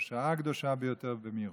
בשעה הקדושה ביותר במירון.